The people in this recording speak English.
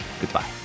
Goodbye